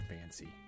fancy